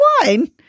wine